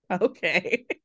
okay